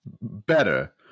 Better